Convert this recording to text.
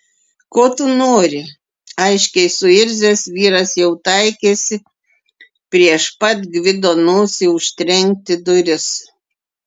ko tu nori aiškiai suirzęs vyras jau taikėsi prieš pat gvido nosį užtrenkti duris